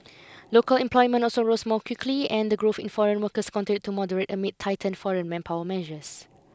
local employment also rose more quickly and the growth in foreign workers continued to moderate amid tightened foreign manpower measures